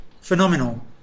phenomenal